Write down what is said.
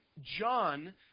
John